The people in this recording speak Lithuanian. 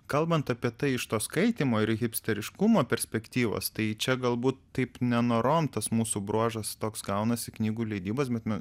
kalbant apie tai iš to skaitymo ir hipsteriškumo perspektyvos tai čia galbūt taip nenorom tas mūsų bruožas toks gaunasi knygų leidybos bet nu